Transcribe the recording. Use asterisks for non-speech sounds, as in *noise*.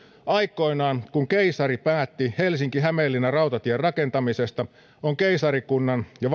aikoinaan kun keisari päätti helsinki hämeenlinna rautatien rakentamisesta on keisarikunnan ja *unintelligible*